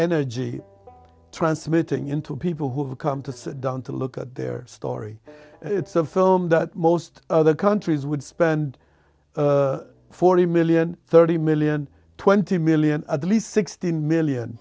energy transmitting into people who've come to sit down to look at their story it's a film that most other countries would spend forty million thirty million twenty million at least sixteen million